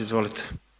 Izvolite.